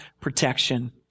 protection